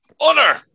honor